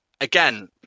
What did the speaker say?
again